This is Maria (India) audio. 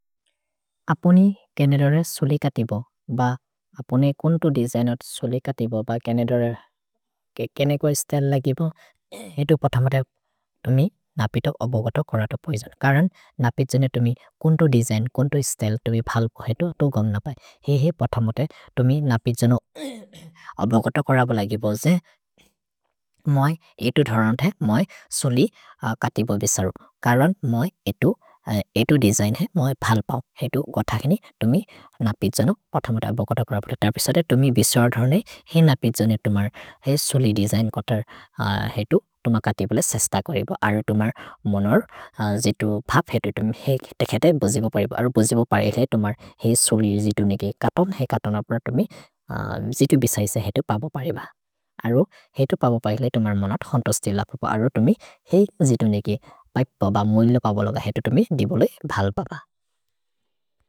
अप्नि केनेदरे सुलि कतिब ब अप्ने कुन्तु दिजैनत् सुलि कतिब ब केनेदरे केनेको स्तेल् लगिब हेतु पथमते तुमि नपितो अभगतो करतो पैजन्। करन् नपित् जने तुमि कुन्तु दिजैन्, कुन्तु स्तेल् तुमि फल् को हेतु तो गन् न पै। हे हे पथमते तुमि नपित् जनो अभगतो करबो लगिब ओजे मोइ हेतु धरन्थे मोइ सुलि कतिब विसरु। करन् मोइ एतु एतु दिजैन् हेतु मोइ फल् पओ हेतु कोथगिनि तुमि नपित् जनो पथमते अभगतो करबो लगिब। तपिसते तुमि विसुअर् धर्ने हे नपित् जने तुमर् हे सुलि दिजैन् कतर् हेतु तुमकतिब ले सेस्त करिब। अरो तुमर् मोनर् जितु भप् हेतु तुमि हे तेकेते बोजिब परिब। अरो बोजिब परिब हे तुमर् हे सुलि जितु नेके कतोन् हे कतोन् अप्र तुमि जितु विसैसे हेतु पबो परिब। अरो हेतु पबो परिब हे तुमर् मोनत् होन्तोस्तेल पबो। अरो तुमि हे जितु नेके पैपो ब मोइलो पबो लग हेतु तुमि दिबोले भल् पबो।